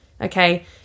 Okay